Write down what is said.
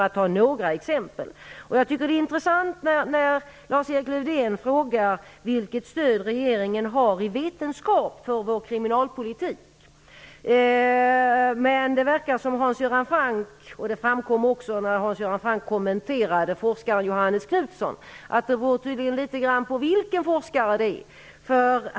Det var intressant att Lars-Erik Lövdén frågade vilket vetenskapligt stöd regeringen har för sin kriminalpolitik. Men det framkom när Hans Göran Knutsson att det tydligen beror på vilken forskare det gäller.